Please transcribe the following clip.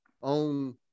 on